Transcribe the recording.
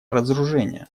разоружения